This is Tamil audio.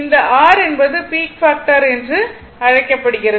இந்த r என்பது பீக் பாக்டர் என்று அழைக்கப்படுகிறது